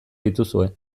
dituzue